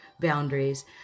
boundaries